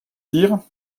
dire